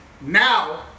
Now